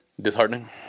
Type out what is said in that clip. disheartening